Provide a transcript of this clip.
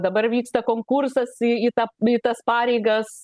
dabar vyksta konkursas į į tą į tas pareigas